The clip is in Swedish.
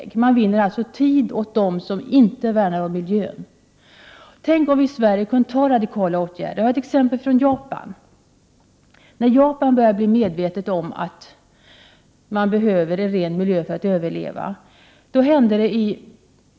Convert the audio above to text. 22 maj 1989 Man vinner tid åt den som inte värnar om miljön. Tänk om vi i Sverige kunde vidta radikala åtgärder. Jag kan ta ett exempel från Japan, när japanerna började bli medvetna om att man behöver en ren miljö för att kunna överleva.